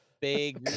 Big